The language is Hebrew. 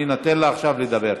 אני נותן לה עכשיו לדבר.